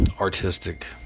artistic